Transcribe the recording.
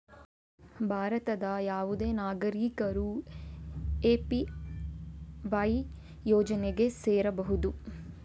ಭಾರತದ ಯಾವುದೇ ನಾಗರಿಕರು ಎ.ಪಿ.ವೈ ಯೋಜನೆಗೆ ಸೇರಬಹುದು